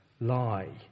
lie